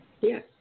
Yes